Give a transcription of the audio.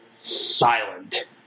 silent